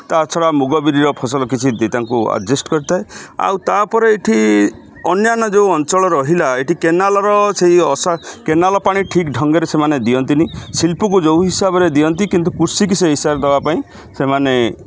ତା ଛଡ଼ା ମୁଗ ବିରିର ଫସଲ କିଛି ତାଙ୍କୁ ଆଡ଼୍ଜେଷ୍ଟ୍ କରିଥାଏ ଆଉ ତା'ପରେ ଏଠି ଅନ୍ୟାନ୍ୟ ଯେଉଁ ଅଞ୍ଚଳ ରହିଲା ଏଠି କେନାଲ୍ର ସେହି କେନାଲ୍ ପାଣି ଠିକ୍ ଢଙ୍ଗରେ ସେମାନେ ଦିଅନ୍ତିନି ଶିଳ୍ପକୁ ଯେଉଁ ହିସାବରେ ଦିଅନ୍ତି କିନ୍ତୁ କୃଷିକୁ ସେହି ହିସାବରେ ଦେବା ପାଇଁ ସେମାନେ